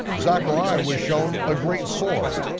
zechariah was shown a great sword,